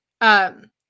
um-